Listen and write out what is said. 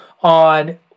on